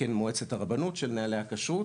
תקן מועצת הרבנות של נוהלי הכשרות,